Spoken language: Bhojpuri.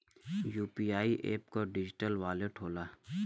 यू.पी.आई एप एक डिजिटल वॉलेट होला